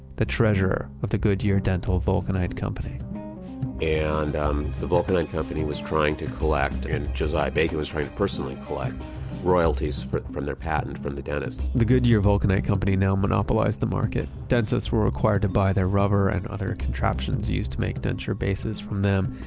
the treasurer of the goodyear dental vulcanite company and um the vulcanite company was trying to collect and josiah bacon was trying to personally collect royalties from from their patent from the dentists the goodyear vulcanite company now monopolized the market. dentists were required to buy their rubber and other contraptions used to make denture bases from them.